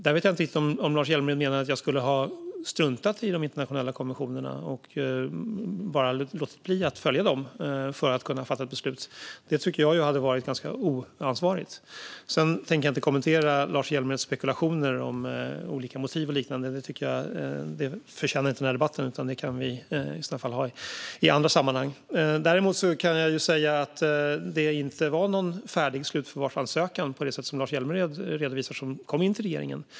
Jag vet inte om Lars Hjälmered menar att jag skulle ha struntat i de internationella konventionerna och bara låtit bli att följa dem för att kunna fatta ett beslut. Det tycker jag hade varit ganska oansvarigt. Jag tänker inte kommentera Lars Hjälmereds spekulationer om olika motiv och liknande. Det tjänar inte den här debatten, utan det kan vi i så fall ta i andra sammanhang. Däremot kan jag säga att det inte var någon färdig slutförvarsansökan på det sätt som Lars Hjälmered redovisar som kom in till regeringen.